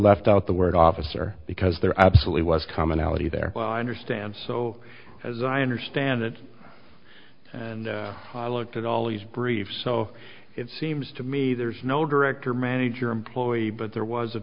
left out the word officer because there absolutely was commonality there well i understand so as i understand it and i looked at all these briefs so it seems to me there's no director manager employee but there was a